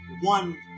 one